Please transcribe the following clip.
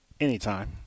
Anytime